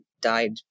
died